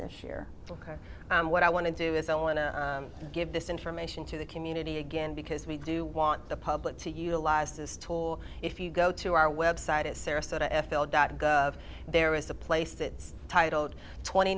this year ok what i want to do is i want to give this information to the community again because we do want the public to utilize this tool if you go to our website at sarasota f l dot gov there is a place it's titled twenty